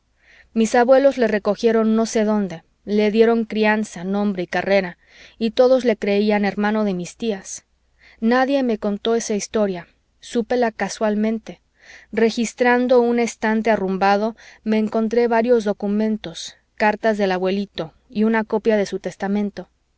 mis abuelos le recogieron no sé dónde le dieron crianza nombre y carrera y todos le creían hermano de mis tías nadie me contó esa historia súpela casualmente registrando un estante arrumbado me encontré varios documentos cartas del abuelito y una copia de su testamento